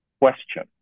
question